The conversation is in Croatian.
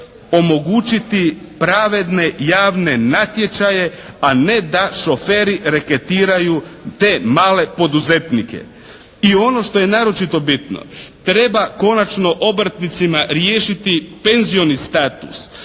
omogućiti pravedne javne natječaje, a ne da šoferi reketiraju te male poduzetnike. I ono što je naročito bitno. Treba konačno obrtnicima riješiti penzioni status,